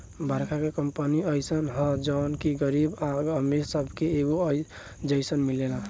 बरखा के पानी अइसन ह जवन की गरीब आ अमीर सबके एके जईसन मिलेला